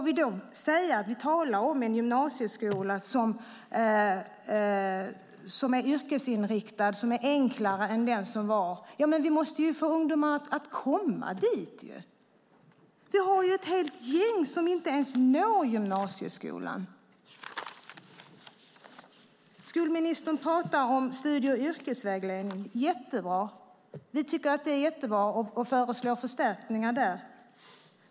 Vi talar nu om en gymnasieskola som är yrkesinriktad och enklare än den som var, men vi måste få ungdomarna att komma dit. Det finns ett helt gäng som inte ens når gymnasieskolan. Skolministern talar om studie och yrkesvägledning. Jättebra! Vi tycker att det är bra och föreslår förstärkningar där.